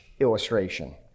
illustration